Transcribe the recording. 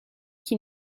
qui